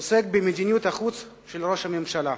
עוסק במדיניות החוץ של ראש הממשלה,